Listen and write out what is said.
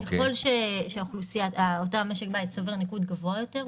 ככל שאותו משק בית צובר ניקוד גבוה יותר,